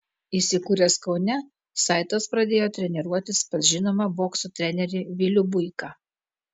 įsikūręs kaune saitas pradėjo treniruotis pas žinomą bokso trenerį vilių buiką